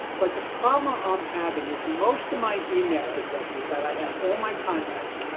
but the problem i'm having is most of my email addresses that i have, all my contacts,